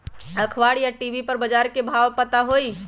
अखबार या टी.वी पर बजार के भाव पता होई?